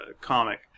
comic